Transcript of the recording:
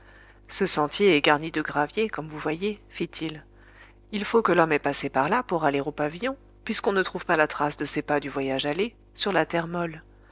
ce sentier est garni de graviers comme vous voyez fitil il faut que l'homme ait passé par là pour aller au pavillon puisqu'on ne trouve pas la trace de ses pas du voyage aller sur la terre molle